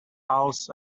owls